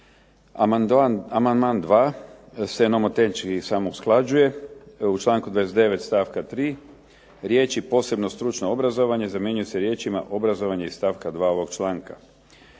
Amandman dva se nomotehnički samo usklađuje. U članku 29. stavka 3. riječi "posebno stručno obrazovanje" zamijenjuju se riječima "obrazovanje iz stavka 2. ovog članka".